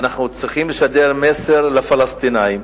אנחנו צריכים לשדר מסר לפלסטינים,